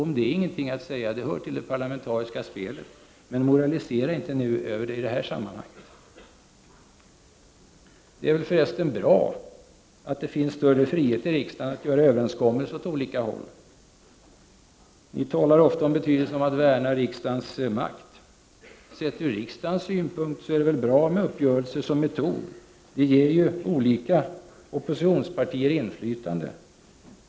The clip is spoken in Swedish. Om det är ingenting att säga, det hör till det parlamentariska spelet. Men moralisera inte nu över det i det här sammanhanget! Det är väl förresten bra att det finns större frihet i riksdagen att göra överenskommelser åt olika håll. Ni talar ofta om betydelsen av att värna riksdagens makt. Sett ur riksdagens synpunkt är det väl bra med uppgörelser som metod. Det ger ju olika oppositionspartier inflytande.